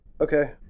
Okay